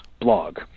blog